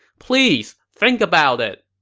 please, think about it!